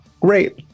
Great